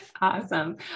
Awesome